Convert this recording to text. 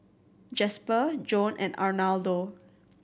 Jasper Joan and Arnoldo